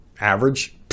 Average